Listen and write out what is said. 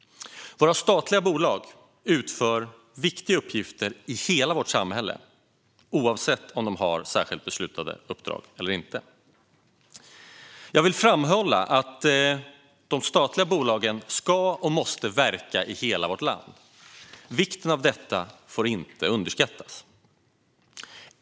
Våra statliga bolag utför viktiga uppgifter i hela vårt samhälle oavsett om de har särskilt beslutade uppdrag eller inte. Jag vill framhålla att de statliga bolagen ska och måste verka i hela vårt land. Vikten av detta får inte underskattas.